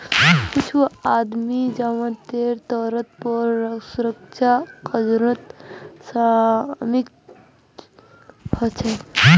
कुछू आदमी जमानतेर तौरत पौ सुरक्षा कर्जत शामिल हछेक